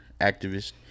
activist